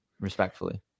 respectfully